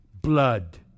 blood